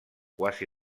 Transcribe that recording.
quasi